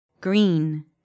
Green